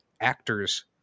actor's